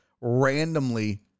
randomly